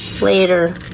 later